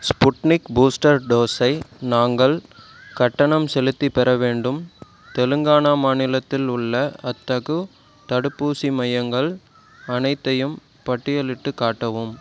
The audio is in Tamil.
ஸ்புட்னிக் பூஸ்டர் டோஸை நாங்கள் கட்டணம் செலுத்திப் பெற வேண்டும் தெலுங்கானா மாநிலத்தில் உள்ள அத்தகு தடுப்பூசி மையங்கள் அனைத்தையும் பட்டியலிட்டுக் காட்டவும்